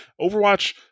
Overwatch